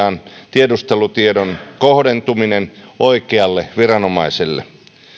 tiedustelutiedon kohdentuminen oikealle viranomaiselle